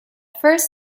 first